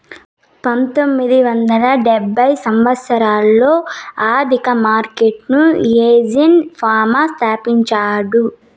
పంతొమ్మిది వందల డెబ్భై సంవచ్చరంలో ఆర్థిక మార్కెట్లను యాజీన్ ఫామా స్థాపించాడు